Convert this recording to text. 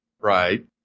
Right